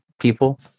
people